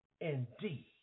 indeed